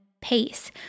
pace